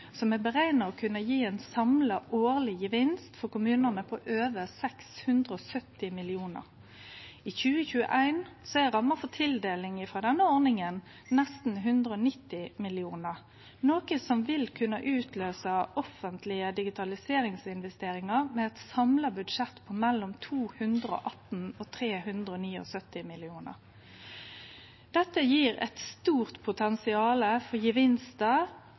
som er berekna å kunne gje ein samla årleg gevinst for kommunane på over 670 mill. kr. I 2021 er ramma for tildeling frå denne ordninga nesten 190 mill. kr, noko som vil kunne utløyse offentlege digitaliseringsinvesteringar med eit samla budsjett på mellom 218 og 379 mill. kr. Dette gjev eit stort potensial for gevinstar